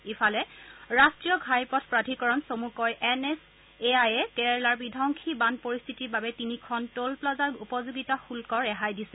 ইফালে ৰাষ্ট্ৰীয় ঘাইপথ প্ৰাধিকৰণ চমুকৈ এন এইচ এ আই য়ে কেৰালাৰ বিধবংসী বান পৰিস্থিতিৰ বাবে তিনিখন টোল প্লাজাৰ উপযোগিতা শুহ্ক ৰেহাই দিছে